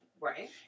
Right